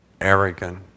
arrogant